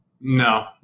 No